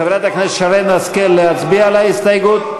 חברת הכנסת שרן השכל, להצביע על ההסתייגות?